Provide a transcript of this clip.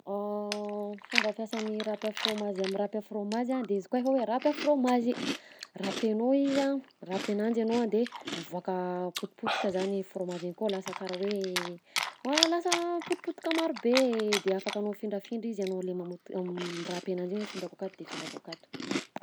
Fomba fiasan'ny rapy à frômazy am'rapy à frômazy a de izy koa efa hoe rapy à frômazy, rapenao izy a, mirapy ananjy anao a de mivoaka potipotika zany frômazy igny kao lasa karaha hoe lasa potipotika marobe, de afakanao afindrafindra izy anao le mamot- mirapy ananjy igny hoe afindrako akato de afindrako akato.